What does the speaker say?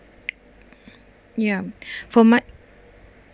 yup for my